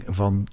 van